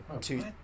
two